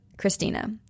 Christina